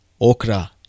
okra